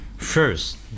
First